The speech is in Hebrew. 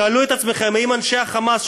שאלו את עצמכם האם אנשי ה"חמאס",